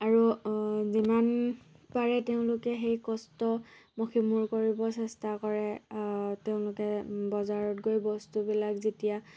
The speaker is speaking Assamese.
আৰু যিমান পাৰে তেওঁলোকে সেই কষ্ট মষিমূৰ কৰিব চেষ্টা কৰে তেওঁলোকে বজাৰত গৈ বস্তুবিলাক যেতিয়া